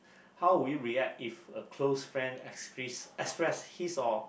how would you react if a close friend express his or